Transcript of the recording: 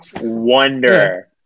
wonder